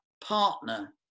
partner